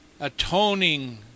atoning